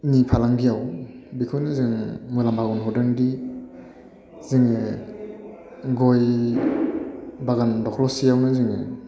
फालांगियाव बेखौनो जोङो मुलामफा मोनहरदोंदि जोङो गय बागान दख्ल'सेयावनो जोङो